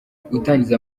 gutangiza